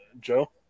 Joe